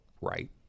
right